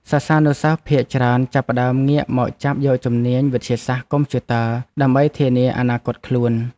សិស្សានុសិស្សភាគច្រើនចាប់ផ្តើមងាកមកចាប់យកជំនាញវិទ្យាសាស្ត្រកុំព្យូទ័រ ដើម្បីធានាអនាគតខ្លួន។